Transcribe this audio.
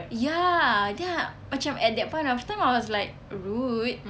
ya then I macam at that point of time I was like rude